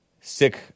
Sick